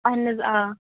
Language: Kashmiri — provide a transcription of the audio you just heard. اَہن حظ آ